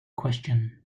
question